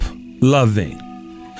loving